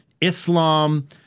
Islam